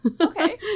Okay